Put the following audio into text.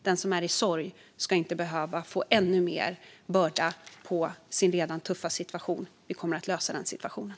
Den som är i sorg ska inte behöva få en ännu större börda i sin redan tuffa situation. Vi kommer att lösa den situationen.